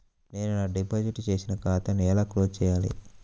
నేను నా డిపాజిట్ చేసిన ఖాతాను ఎలా క్లోజ్ చేయాలి?